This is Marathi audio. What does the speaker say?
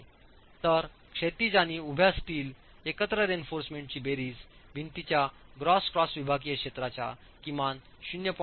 तर क्षैतिज आणि उभ्या स्टीलएकत्र रीइन्फोर्समेंटची बेरीज भिंतीच्या ग्रॉस क्रॉस विभागीय क्षेत्राच्या किमान 0